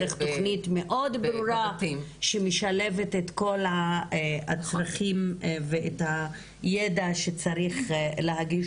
דרך תכנית מאוד ברורה שמשלבת את כל הצרכים ואת הידע שצריך להנגיש